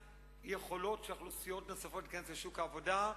יכולות של אוכלוסיות נוספות להיכנס לשוק העבודה,